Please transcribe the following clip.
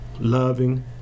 loving